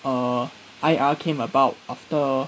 err I_R came about after